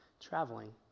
traveling